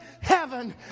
heaven